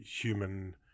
human